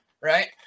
right